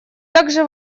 также